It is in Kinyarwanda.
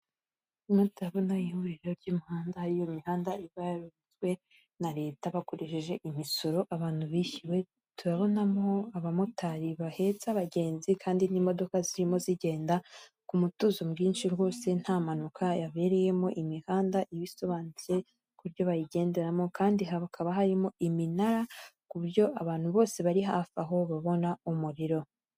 Hano turabona ihuriro ry'umuhanda ariyo mihanda ibazwe na leta bakoresheje imisoro abantu bishyuwe, turabonamo abamotari bahetse abagenzi kandi n'imodoka zirimo zigenda ku mutuzo mwinshi rwose nta mpanuka yabereyemo imihanda ibasobanutse ku byo bayigenderamo kandi hakaba harimo iminara ku byo abantu bose bari hafi aho babona umuriro.